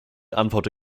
antworte